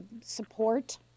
support